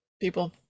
people